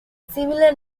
similar